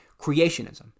creationism